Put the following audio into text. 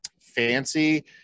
fancy